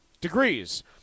degrees